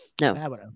No